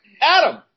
Adam